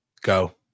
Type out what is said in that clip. Go